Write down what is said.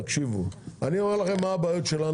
תקשיבו, אני אומר לכם מה הבעיה שלנו.